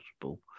possible